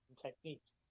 techniques